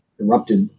erupted